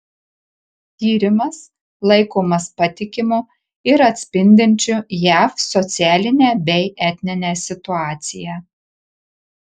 tyrimas laikomas patikimu ir atspindinčiu jav socialinę bei etninę situaciją